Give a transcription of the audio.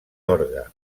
orgue